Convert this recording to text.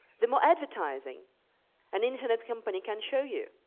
the more advertising an internet company can show you,